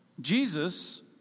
Jesus